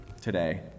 today